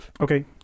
okay